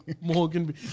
Morgan